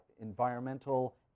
environmental